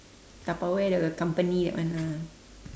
tupperware the company that one lah